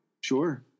sure